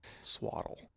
swaddle